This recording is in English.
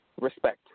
Respect